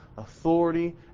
authority